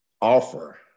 Offer